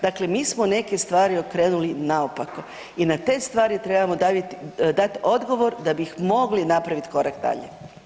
Dakle, mi smo neke stvari okrenuli naopako i na te stvari trebamo dati odgovor da bi mogli napraviti korak dalje.